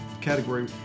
category